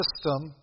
system